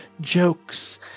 jokes